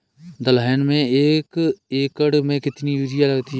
दलहन में एक एकण में कितनी यूरिया लगती है?